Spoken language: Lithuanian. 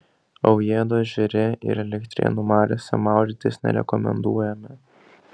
aujėdo ežere ir elektrėnų mariose maudytis nerekomenduojama